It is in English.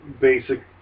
basic